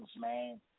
man